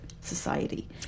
Society